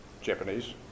Japanese